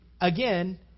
again